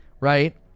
Right